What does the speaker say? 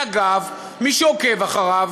ואגב, מי שעוקב אחריו,